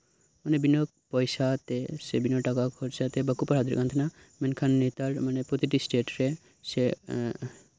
ᱩᱱᱤ ᱵᱤᱱᱟᱹ ᱯᱚᱭᱥᱟᱛᱮ ᱥᱮ ᱵᱤᱱᱟᱹ ᱴᱟᱠᱟ ᱠᱷᱚᱨᱚᱪ ᱠᱟᱛᱮᱫ ᱡᱟᱦᱟᱸᱭ ᱵᱟᱠᱚ ᱯᱟᱲᱦᱟᱣ ᱫᱟᱲᱮᱭᱟᱜ ᱛᱟᱦᱮᱸᱫᱼᱟ ᱢᱮᱱᱠᱷᱟᱱ ᱱᱮᱛᱟᱨ ᱯᱨᱚᱛᱤᱴᱤ ᱥᱴᱮᱴ ᱨᱮ ᱥᱮ